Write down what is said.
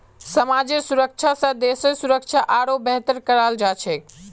समाजेर सुरक्षा स देशेर सुरक्षा आरोह बेहतर कराल जा छेक